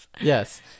Yes